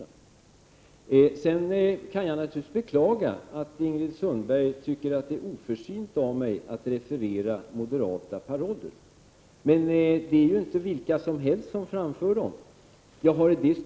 Jag beklagar naturligtvis att Ingrid Sundberg tycker att det är oförsynt av mig att referera moderata paroller. Det är inte vilka som helst som har framfört dem.